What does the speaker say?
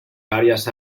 varias